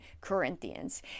Corinthians